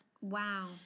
Wow